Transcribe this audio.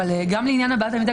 אבל גם לעניין הבעת עמדה,